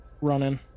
running